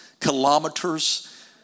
kilometers